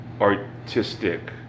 artistic